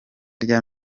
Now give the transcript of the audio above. rya